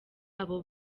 aba